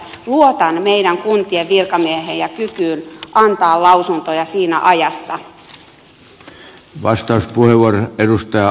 luotan meidän kuntiemme virkamiehiin ja kykyyn antaa lausuntoja siinä ajassa